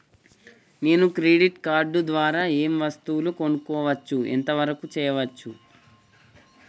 నేను credit card ద్వారా ఏం వస్తువులు కొనుక్కోవచ్చు ఎంత వరకు చేయవచ్చు?